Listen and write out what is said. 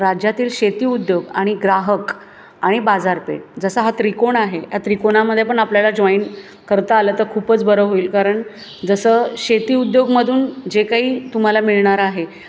राज्यातील शेती उद्योग आणि ग्राहक आणि बाजारपेठ जसा हा त्रिकोण आहे या त्रिकोणामध्ये पण आपल्याला जॉईन करता आलं तर खूपच बरं होईल कारण जसं शेती उद्योगामधून जे काही तुम्हाला मिळणार आहे